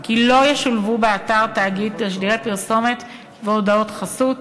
כי לא ישולבו באתר התאגיד תשדירי פרסומת והודעות חסות,